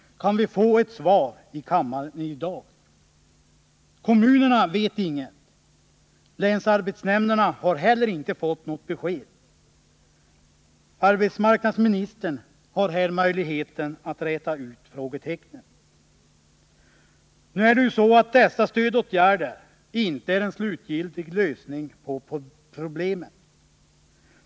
Kan vi få ett svar i kammaren i dag? Kommunerna vet inget, länsarbetsnämnderna har heller inte fått något besked. Arbetsmarknadsministern har här möj igheten att räta ut frågetecknen. Nu är dessa stödåtgärder inte en slutgiltig lösning på problemen.